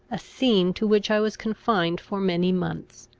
a scene to which i was confined for many months.